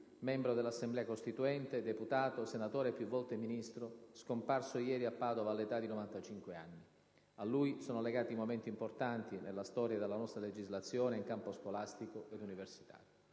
membro dell'Assemblea Costituente, deputato, senatore e più volte ministro, scomparso ieri a Padova all'età di 95 anni. A lui sono legati momenti importanti nella storia della nostra legislazione in campo scolastico e universitario.